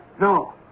No